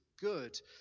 good